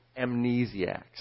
amnesiacs